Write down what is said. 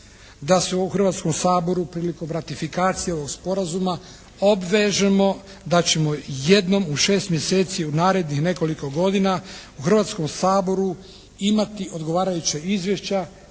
da se u Hrvatskom saboru prilikom ratifikacije ovog sporazuma obvežemo da ćemo jednom u šest mjeseci u narednih nekoliko godina, u Hrvatskom saboru imati odgovarajuća izvješća